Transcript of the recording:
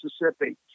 Mississippi